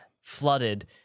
flooded